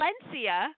Valencia